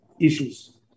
issues